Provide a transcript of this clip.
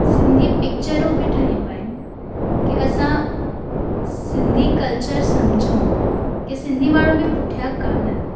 सिंधी पिक्चरूं बि ठहियूं आहिनि की असां सिंधी कल्चर समुझूं की सिंधी माण्हू बि पुठियां कान्हनि